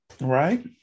Right